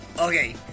okay